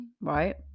right